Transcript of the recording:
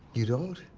you don't?